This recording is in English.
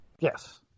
Yes